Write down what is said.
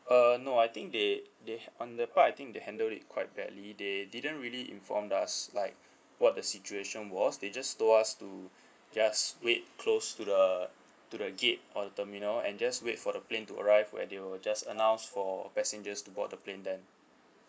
uh no I think they they han~ on their part I think they handle it quite badly they didn't really informed us like what the situation was they just told us to just wait close to the to the gate on the terminal and just wait for the plane to arrive where they will just announce for passengers to board the plane then